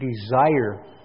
desire